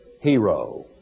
hero